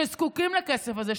שזקוקים לכסף הזה,